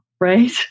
Right